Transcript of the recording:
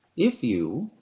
if you,